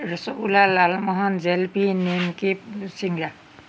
ৰসগোল্লা লালমোহন জেলেপী নিমকি ছিংৰা